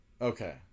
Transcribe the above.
Okay